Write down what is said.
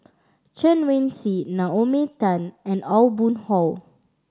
Chen Wen Hsi Naomi Tan and Aw Boon Haw